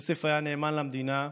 יוסף היה נאמן למדינה.